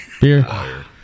Beer